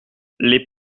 les